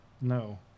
no